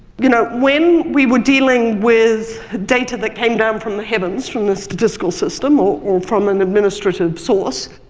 you know, when we were dealing with data that came down from the heavens, from the statistical system or or from an administrative source,